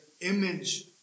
image